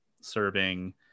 serving